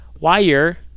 wire